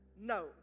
No